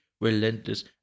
relentless